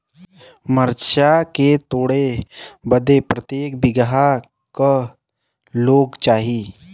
मरचा के तोड़ बदे प्रत्येक बिगहा क लोग चाहिए?